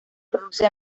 produce